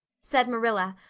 said marilla,